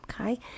okay